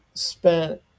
spent